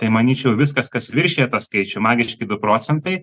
tai manyčiau viskas kas viršija tą skaičių magiški du procentai